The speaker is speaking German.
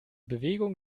bewegung